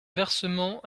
versement